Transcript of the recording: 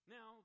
Now